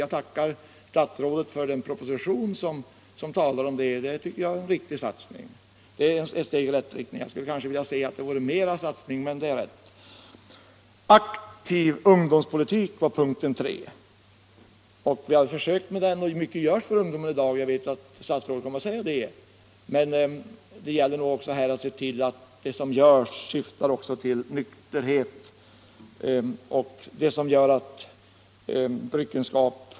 — Jag tackar statsrådet för den proposition som talar om detta. Det tycker jag är en riktig satsning. Jag skulle nog vilja se en större satsning, men det är ett steg i rätt riktning. Punkten 3: aktiv ungdomspolitik. — Vi har försökt med det. Mycket görs för ungdomen i dag. Jag vet att statsrådet kommer att säga det, men det gäller också att se till att det som görs syftar till att främja nykterhet och motverka dryckenskap.